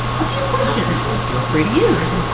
a few questions. feel free to use!